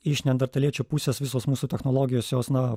iš neandertaliečių pusės visos mūsų technologijos jos na